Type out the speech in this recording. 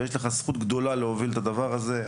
ויש לך זכות גדולה להוביל את הדבר הזה.